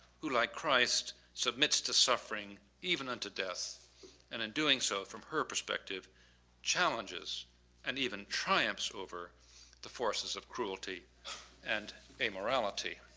who like christ submits to suffering even unto death and in doing so from her perspective challenges and even triumphs over the forces of cruelty and amorality.